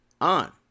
on